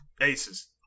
Aces